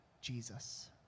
Jesus